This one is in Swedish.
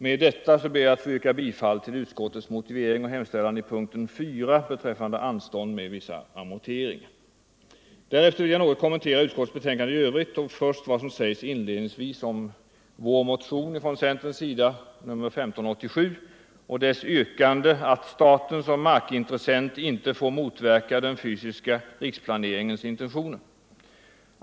Med det nu anförda ber jag att få yrka bifall till utskottets motivering och hemställan i punkten 4 beträffande anstånd med vissa amorteringar. Därefter vill jag något kommentera utskottets betänkande i övrigt, och till att börja med vad som anförs inledningsvis om vår motion från centern, nr 1587, och dess yrkande att staten som markintressent inte får motverka den fysiska riksplaneringens intentioner.